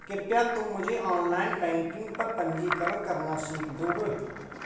कृपया तुम मुझे ऑनलाइन बैंकिंग पर पंजीकरण करना सीख दोगे?